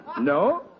No